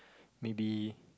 maybe